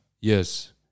Yes